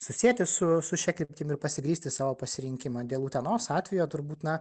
susieti su su šia kryptim ir pasigrįsti savo pasirinkimą dėl utenos atvejo turbūt na